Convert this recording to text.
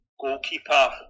goalkeeper